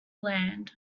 land